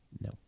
No